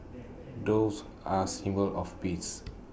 doves are symbol of peace